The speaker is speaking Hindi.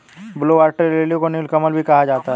ब्लू वाटर लिली को नीलकमल भी कहा जाता है